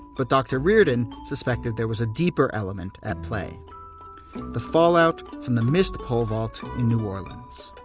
but dr. reardon suspected there was a deeper element at play the fallout from the missed pole vault in new orleans